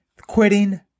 quitting